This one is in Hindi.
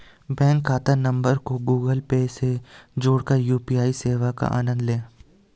बैंक खाता नंबर को गूगल पे से जोड़कर यू.पी.आई सेवा का आनंद लें